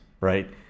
right